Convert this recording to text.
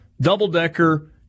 double-decker